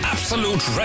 Absolute